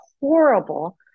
horrible